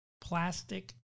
plastic